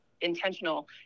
intentional